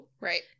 Right